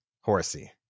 Horsey